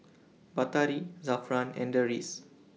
Batari Zafran and Deris